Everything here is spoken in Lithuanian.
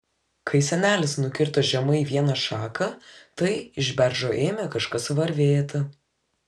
kai senelis nukirto žemai vieną šaką tai iš beržo ėmė kažkas varvėti